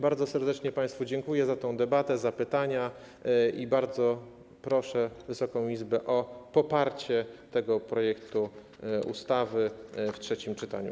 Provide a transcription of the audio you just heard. Bardzo serdecznie państwu dziękuję za tę debatę, za pytania i bardzo proszę Wysoką Izbę o poparcie tego projektu ustawy w trzecim czytaniu.